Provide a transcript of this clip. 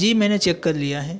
جی میں نے چیک کر لیا ہے